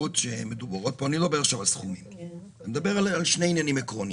על שני עניינים עקרוניים.